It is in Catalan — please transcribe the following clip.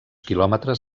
quilòmetres